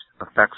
affects